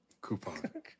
coupon